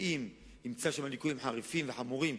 ואם הוא ימצא שם ליקויים חריפים וחמורים,